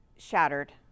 shattered